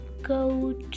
Go